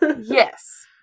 Yes